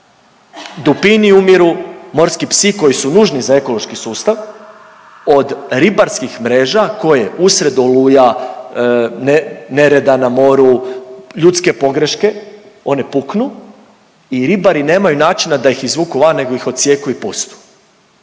dupini umiru, morsku psi koji su nužni za ekološki sustav od ribarskih mreža koje usred oluja, nereda na moru, ljudske pogreške, one puknu i ribari nemaju načina da ih izvuku van nego ih odsijeku i pustu